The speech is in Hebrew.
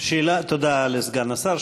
תודה לסגן השר.